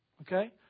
okay